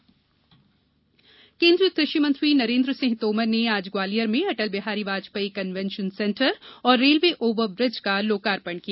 ग्वालियर केन्द्रीय मंत्री केन्द्रीय कृषि मंत्री नरेन्द्र सिंह तोमर ने आज ग्वालियर में अटल बिहारी वाजपेयी कन्वेंशन सेंटर और रेलवे ओवर ब्रिज का लोकार्पण किया